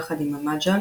יחד עם המג'לס,